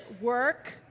work